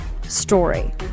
story